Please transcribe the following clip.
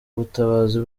ubutabazi